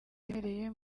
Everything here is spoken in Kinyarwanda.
kiremereye